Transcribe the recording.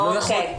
לא יכול להיות